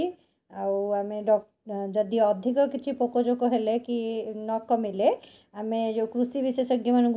କଂସା ବାସନରେ ମଧ୍ୟ ଆମେ ଗୋଟେ କଂସା ରଖିଛୁ ସେ କଂସା ବାସନରେ ଆମେ ପଖାଳ ଖାଇଥାଉ କଂସା ବାସନରେ ଖାଇଲେ ମଧ୍ୟ କୁହନ୍ତି ଦେହ ପାଇଁ ବହୁତ ଭଲ